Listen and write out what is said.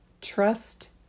Trust